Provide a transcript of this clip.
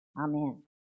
Amen